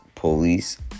Police